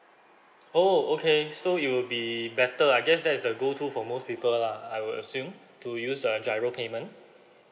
oh okay so it would be better I guess that's the go to for most people lah I would assume to use the G_I_R_O payment